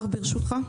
הקרקע.